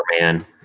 man